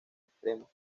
extremos